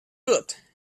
good